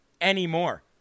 anymore